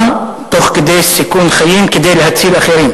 תוך כדי סיכון חיים כדי להציל אחרים.